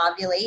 ovulate